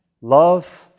love